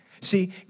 See